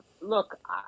look